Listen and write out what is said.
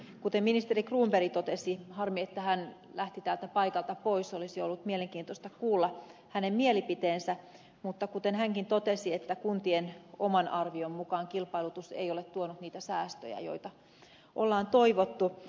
kuten ministeri cronberg totesi harmi että hän lähti paikalta pois olisi ollut mielenkiintoista kuulla hänen mielipiteensä mutta kuten hänkin totesi että kuntien oman arvion mukaan kilpailutus ei ole tuonut niitä säästöjä joita on toivottu